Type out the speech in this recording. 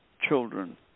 children